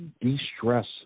de-stress